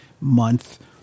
month